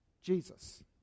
Jesus